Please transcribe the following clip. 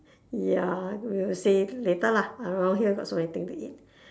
ya we'll say later lah around here got so many thing to eat